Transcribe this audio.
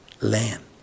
land